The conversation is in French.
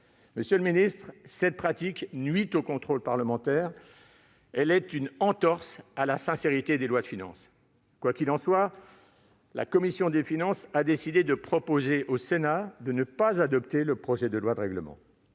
Monsieur le ministre, cette pratique nuit au contrôle parlementaire. Elle est une entorse à la sincérité des lois de finances. Quoi qu'il en soit, la commission des finances a décidé de proposer au Sénat de ne pas adopter ce projet de loi de règlement.